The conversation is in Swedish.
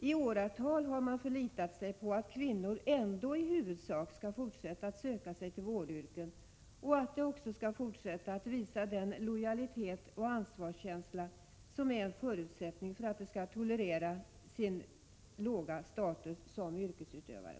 I åratal har man förlitat sig på att kvinnor ändå i huvudsak skall fortsätta att söka sig till vårdyrken och att de också skall fortsätta att visa den lojalitet och ansvarskänsla som är en förutsättning för att de skall tolerera sin låga status som yrkesutövare.